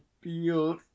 feel